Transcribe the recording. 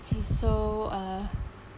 K so uh